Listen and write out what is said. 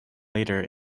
later